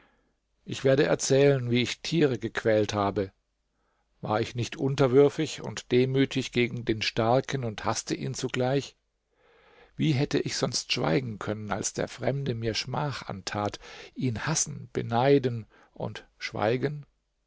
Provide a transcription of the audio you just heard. ich werde erzählen wie ich tiere gequält habe war ich nicht unterwürfig und demütig gegen den starken und haßte ihn zugleich wie hätte ich sonst schweigen können als der fremde mir schmach antat ihn hassen beneiden und schweigen